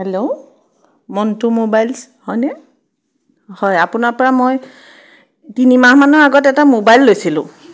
hello Montu মোবাইল্ছ হয়নে হয় আপোনাৰ পৰা মই তিনিমাহ মানৰ আগত এটা মোবাইল লৈছিলোঁ